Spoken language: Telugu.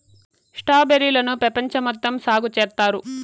స్ట్రాబెర్రీ లను పెపంచం మొత్తం సాగు చేత్తారు